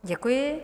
Děkuji.